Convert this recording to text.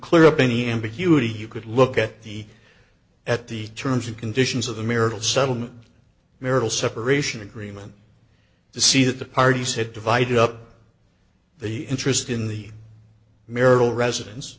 clear up any ambiguity you could look at the at the terms and conditions of the marital settlement marital separation agreement to see that the parties have divided up the interest in the marital residence